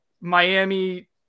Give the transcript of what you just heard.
Miami